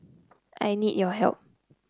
I need your help